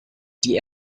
die